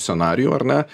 scenarijų ar ne